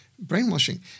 brainwashing